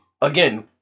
again